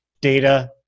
data